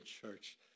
church